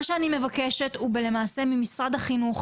אני מבקשת ממשרד החינוך,